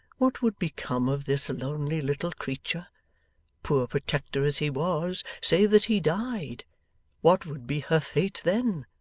what would become of this lonely little creature poor protector as he was, say that he died what would be her fate, then?